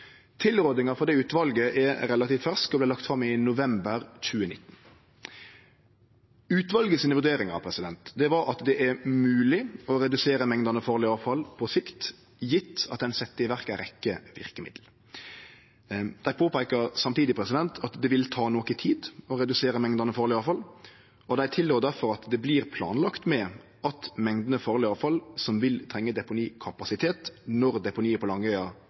Tilrådinga frå det utvalet er relativt fersk og vart lagd fram i november 2019. Utvalet sine vurderingar var at det er mogleg å redusere mengdene farleg avfall på sikt gjeve at ein set i verk ei rekkje verkemiddel. Dei påpeika samtidig at det vil ta noko tid å redusere mengdene farleg avfall, og dei tilrår derfor at det vert planlagt med at mengdene farleg avfall som vil trenge deponikapasitet når deponiet på Langøya